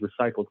recycled